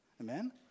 Amen